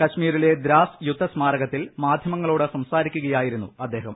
കശ്മീരിലെ ദ്രാസ് യുദ്ധ സ്മാരകത്തിൽ മാധ്യമങ്ങളോട് സംസാരിക്കുകയായിരുന്നു അദ്ദേഹം